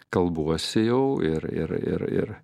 kalbuosi jau ir ir ir ir